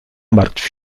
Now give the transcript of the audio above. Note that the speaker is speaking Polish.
martw